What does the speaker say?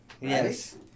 Yes